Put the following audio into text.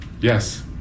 Yes